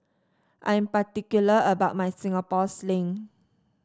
I'm particular about my Singapore Sling